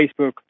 Facebook